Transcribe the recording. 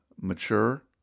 mature